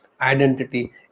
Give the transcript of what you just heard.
identity